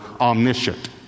omniscient